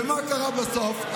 ומה קרה בסוף?